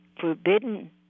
forbidden